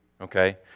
Okay